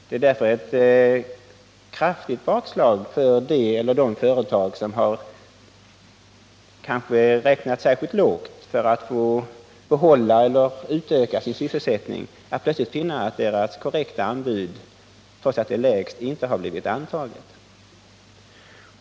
Det är därför ett kraftigt bakslag för den eller de företag som kanske har räknat särskilt lågt för att ha en möjlighet att behålla eller utöka sin sysselsättning att plötsligt finna att deras korrekta anbud, trots att det är lägst, inte har blivit antaget.